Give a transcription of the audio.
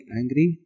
angry